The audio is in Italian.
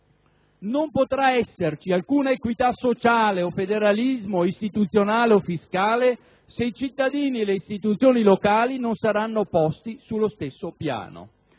Non potrà esserci alcuna equità sociale o federalismo istituzionale o fiscale se i cittadini e le istituzioni locali non saranno posti sullo stesso piano: